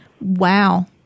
Wow